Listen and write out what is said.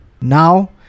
Now